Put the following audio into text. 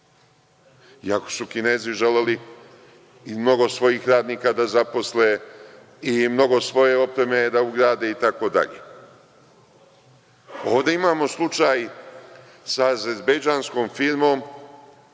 Iako su Kinezi želeli mnogo svojih radnika da zaposle i mnogo svoje opreme da ugrade itd. Ovde imamo slučaj sa azerbejdžanskom firmom